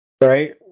right